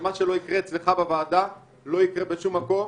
שמה שלא יקרה אצלך בוועדה לא יקרה בשום מקום.